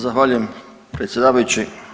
Zahvaljujem predsjedavajući.